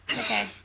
Okay